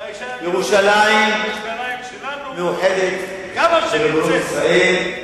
ירושלים מאוחדת בריבונות ישראל,